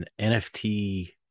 NFT